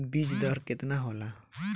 बीज दर केतना होला?